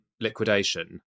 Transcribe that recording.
liquidation